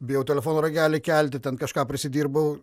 bijau telefono ragelį kelti ten kažką prisidirbau